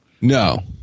No